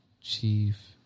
Chief